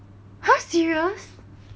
!huh! serious